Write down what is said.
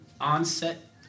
onset